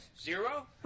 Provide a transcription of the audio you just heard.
Zero